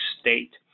state